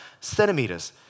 Centimeters